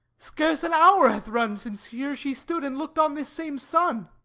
scarce an hour hath run since here she stood and looked on this same sun.